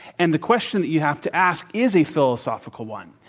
and the question that you have to ask is a philosophical one.